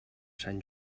sant